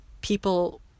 People